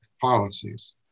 policies